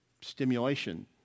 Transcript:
stimulation